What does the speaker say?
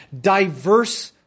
Diverse